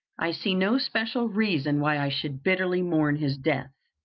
i see no special reason why i should bitterly mourn his death.